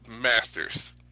master's